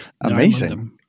amazing